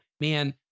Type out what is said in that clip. man